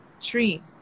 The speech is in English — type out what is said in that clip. tree